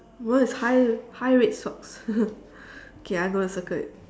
what is high high red socks okay I go and circle it